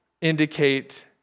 indicate